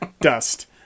dust